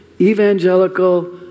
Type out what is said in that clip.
evangelical